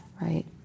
right